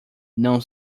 não